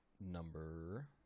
number